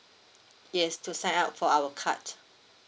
yes to sign up for our card